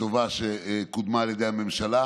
וטובה שקודמה על ידי הממשלה,